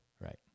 Right